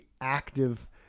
active